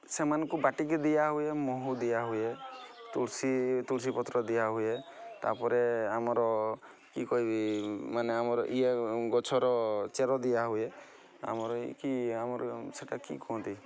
ସେମାନଙ୍କୁ ବାଟିକି ଦିଆହୁଏ ମହୁ ଦିଆହୁଏ ତୁଳସୀ ତୁଳସୀ ପତ୍ର ଦିଆହୁଏ ତା'ପରେ ଆମର କି କହିବି ମାନେ ଆମର ଇଏ ଗଛର ଚେର ଦିଆହୁଏ ଆମର କି ଆମର ସେଇଟା କି କୁହନ୍ତି